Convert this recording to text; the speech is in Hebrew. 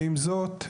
ועם זאת,